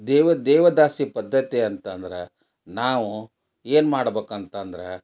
ದೇವ ದೇವದಾಸಿ ಪದ್ಧತಿ ಅಂತಂದ್ರೆ ನಾವು ಏನು ಮಾಡ್ಬೇಕ್ ಅಂತಂದ್ರೆ